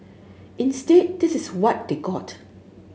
instead this is what they got